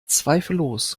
zweifellos